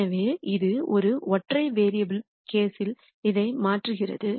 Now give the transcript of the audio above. எனவே இது ஒற்றை வேரியபுல் கேஸ்யில் இதை மாற்றுகிறது